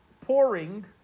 pouring